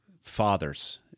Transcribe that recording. fathers